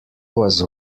was